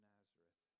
Nazareth